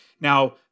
Now